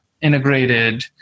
integrated